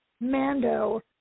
Mando